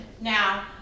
Now